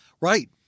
Right